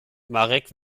marek